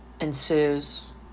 ensues